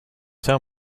tell